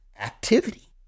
activity